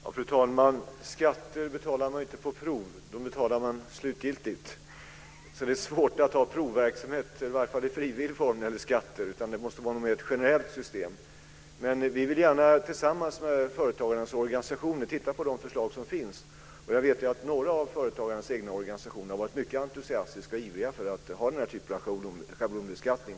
Fru talman! Skatter betalar man ju inte på prov; dem betalar man slutgiltigt. Det är alltså svårt att ha provverksamhet, i varje fall i frivillig form, när det gäller skatter. Det måste vara ett generellt system. Men vi vill gärna, tillsammans med företagarnas organisationer, titta på de förslag som finns. Jag vet att några av företagarnas egna organisationer har varit mycket entusiastiska och ivriga inför den här typen av schablonbeskattning.